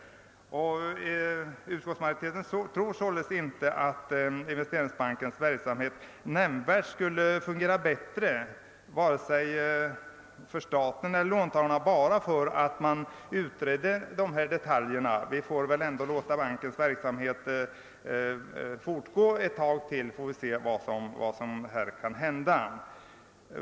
Utskottsmajoriteten tror inte att Investeringsbanken skulle fungera nämnvärt bättre vare sig från statens eller från låntagarnas synpunkt om de här detaljerna utreddes. Vi får väl ändå låta bankens verksamhet fortgå ännu en tid och se vad som kan hända.